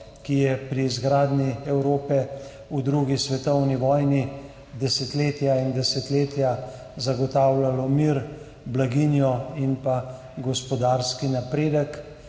ki je pri izgradnji Evrope v drugi svetovni vojni desetletja in desetletja zagotavljalo mir, blaginjo in gospodarski napredek.